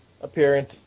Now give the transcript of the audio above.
appearance